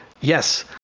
yes